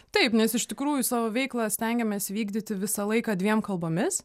taip nes iš tikrųjų savo veiklą stengiamės vykdyti visą laiką dviem kalbomis